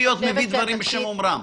אני משתדל להביא דברים בשם אומרם.